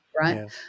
right